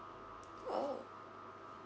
!ow!